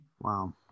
Wow